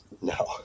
No